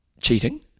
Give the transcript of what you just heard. cheating